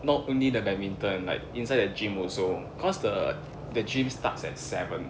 not only the badminton like inside the gym also cause the the gym starts at seven